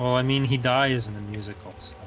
i mean he died is in the musicals